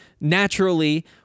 naturally